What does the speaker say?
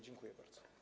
Dziękuję bardzo.